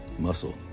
muscle